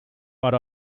but